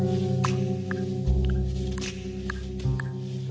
the